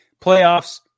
Playoffs